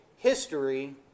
history